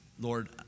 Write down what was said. Lord